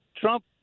Trump